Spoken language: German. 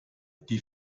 die